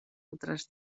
altres